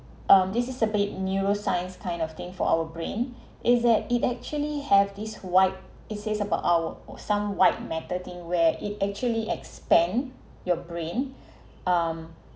um this is a bit neuroscience kind of thing for our brain is that it actually have this white it says about our some white matter thing where it actually expand your brain um